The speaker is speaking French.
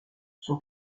son